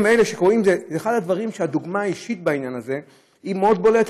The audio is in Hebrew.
זה אחד הדברים שבהם הדוגמה האישית היא מאוד בולטת.